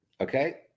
Okay